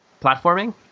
Platforming